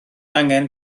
angen